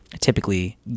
typically